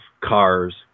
cars